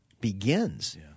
begins